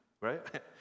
right